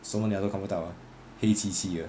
什么鸟都看不到黑漆漆的